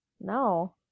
No